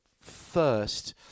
first